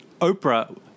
Oprah